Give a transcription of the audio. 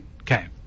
Okay